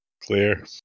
Clear